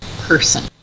person